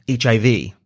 hiv